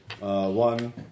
one